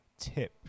Tip